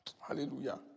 Hallelujah